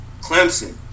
Clemson